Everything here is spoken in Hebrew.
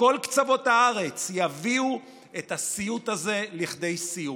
מכל קצוות הארץ יביאו את הסיוט הזה לכדי סיום.